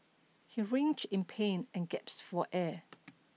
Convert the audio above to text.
he writhed in pain and gasped for air